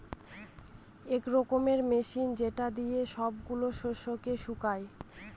এক রকমের মেশিন যেটা দিয়ে সব গুলা শস্যকে শুকায়